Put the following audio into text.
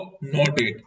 nodded